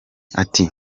ati